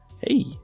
Hey